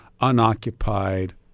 unoccupied